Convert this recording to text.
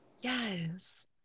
Yes